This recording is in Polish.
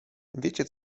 wiecie